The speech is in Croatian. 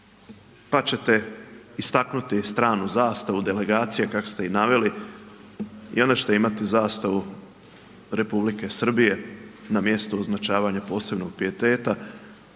pa ćete istaknuti stranu zastavu delegacije kako ste ih naveli i onda ćete imati zastavu Republike Srbije na mjestu označavanja posebnog pijeteta.